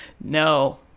No